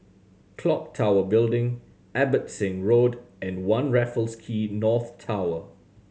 Clock Tower Building Abbotsingh Road and One Raffles Quay North Tower